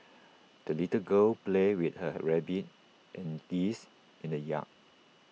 the little girl played with her rabbit and geese in the yard